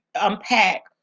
unpack